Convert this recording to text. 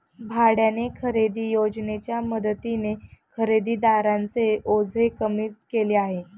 भाड्याने खरेदी योजनेच्या मदतीने खरेदीदारांचे ओझे कमी केले जाते